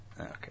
Okay